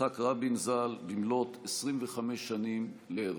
יצחק רבין, זיכרונו לברכה, במלאת 25 שנים להירצחו.